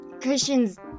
christian's